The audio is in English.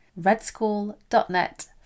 redschool.net